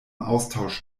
austausch